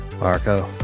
Marco